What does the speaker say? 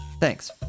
Thanks